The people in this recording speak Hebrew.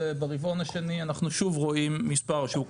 וברבעון השני אנחנו רואים שוב מספר שהוא קטן.